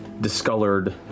discolored